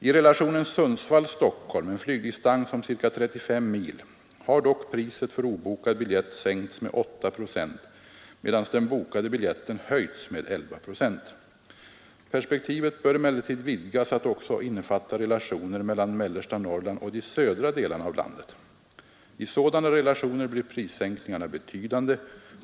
I relationen Sundsvall—-Stockholm, en flygdistans om ca 35 mil, har dock priset för obokad biljett sänkts med 8 procent, medan den bokade biljetten höjts med 11 procent. Perspektivet bör emellertid vidgas att också innefatta relationer mellan mellersta Norrland och de södra delarna av landet. I sådana relationer blir prissänkningarna betydande.